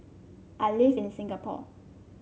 I live in Singapore